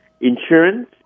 insurance